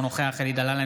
אינו נוכח אלי דלל,